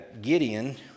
Gideon